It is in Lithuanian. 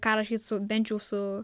ką rašyt su bent jau su